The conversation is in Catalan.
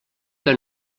que